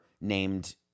named